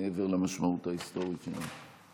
מעבר למשמעות ההיסטורית שלה.